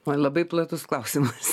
oi labai platus klausimas